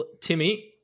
Timmy